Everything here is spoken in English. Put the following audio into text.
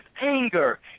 anger